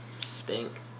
stink